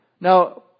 Now